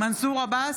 מנסור עבאס,